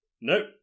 Nope